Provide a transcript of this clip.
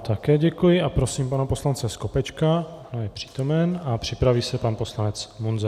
Také děkuji a prosím pana poslance Skopečka, je přítomen, a připraví se pan poslanec Munzar.